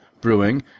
Brewing